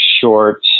short